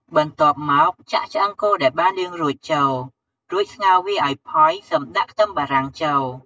បន្ទាប់មកចាក់ឆ្អឹងគោដែលបានលាងរួចចូល រួចស្ងោរវាឱ្យផុយសិមដាក់ខ្ទឹមបារាំងចូល។